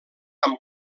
amb